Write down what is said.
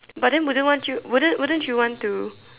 but then wouldn't want you wouldn't wouldn't you want to